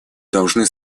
должны